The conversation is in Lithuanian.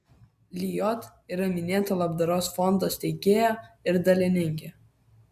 lijot yra minėto labdaros fondo steigėja ir dalininkė